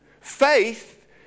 Faith